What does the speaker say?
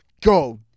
Go